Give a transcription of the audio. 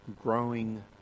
growing